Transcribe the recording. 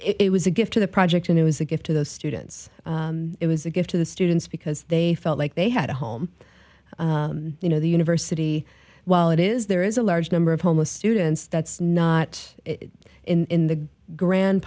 it was a gift to the project and it was a gift to the students it was a gift to the students because they felt like they had a home you know the university while it is there is a large number of homeless students that's not in the grand